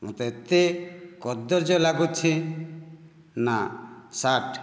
ମୋତେ ଏତେ କଦର୍ଯ୍ୟ ଲାଗୁଛି ନା ସାର୍ଟ